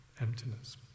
emptiness